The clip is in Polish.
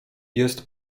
jest